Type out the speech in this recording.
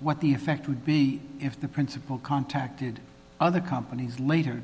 what the effect would be if the principal contacted other companies later